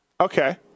Okay